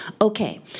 okay